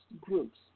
groups